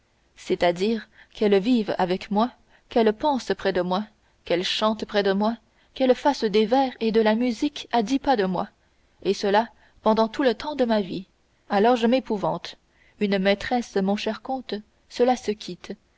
c'est-à-dire qu'elle vive avec moi qu'elle pense près de moi qu'elle chante près de moi qu'elle fasse des vers et de la musique à dix pas de moi et cela pendant tout le temps de ma vie alors je m'épouvante une maîtresse mon cher comte cela se quitte